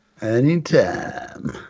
Anytime